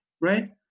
right